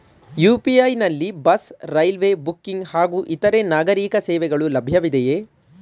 UPI ನಲ್ಲಿ bus, railway booking ಹಾಗೂ ಇತರೆ ನಾಗರೀಕ ಸೇವೆಗಳು ಲಭ್ಯವಿದೆಯೇ?